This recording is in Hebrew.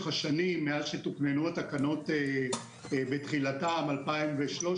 השנים מאז שתוקננו התקנות בתחילתן ב-2013,